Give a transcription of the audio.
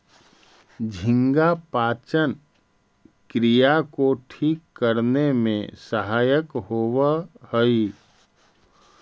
झींगा पाचन क्रिया को ठीक करने में सहायक होवअ हई